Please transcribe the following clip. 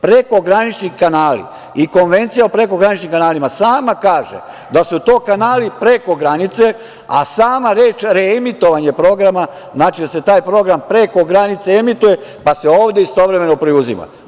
Prekogranični kanali i Konvencija o prekograničnim kanalima sama kaže da su to kanali preko granice, a sama reč reemitovanje programa znači da se taj program preko granice emituje, pa se ovde istovremeno preuzima.